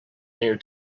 near